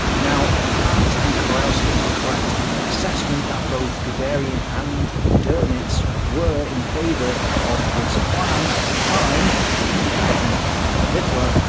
now, if haupt and kurowski are correct in their assessment that both guderian and donitz were in-favour of this plan at the time when they presented the plan to hitler,